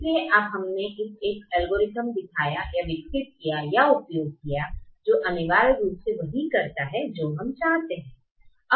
इसलिए अब हमने एक एल्गोरिथम दिखाया या विकसित किया है या उपयोग किया है जो अनिवार्य रूप से वही करता है जो हम चाहते थे